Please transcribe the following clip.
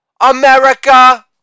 America